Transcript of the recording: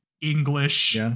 English